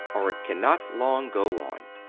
or it cannot long go on.